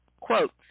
Quote